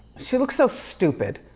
she looks so stupid.